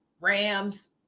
Rams